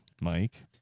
Mike